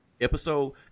episode